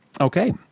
Okay